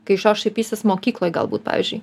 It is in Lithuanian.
kai iš jo šaipysis mokykloj galbūt pavyzdžiui